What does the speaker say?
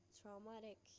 traumatic